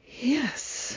Yes